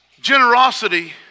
Generosity